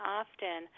often